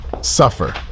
suffer